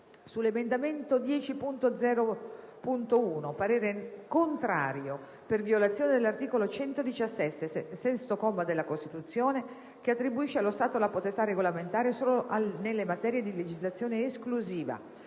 sull'emendamento 10.0.1, parere contrario, per violazione dell'articolo 117, sesto comma della Costituzione, che attribuisce allo Stato la potestà regolamentare solo nelle materie di legislazione esclusiva,